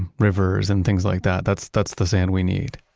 and rivers and things like that? that's that's the sand we need?